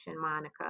Monica